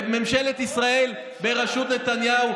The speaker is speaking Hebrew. וממשלת ישראל בראשות נתניהו,